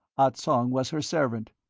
ah tsong was her servant.